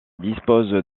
dispose